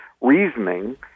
reasoning